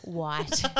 white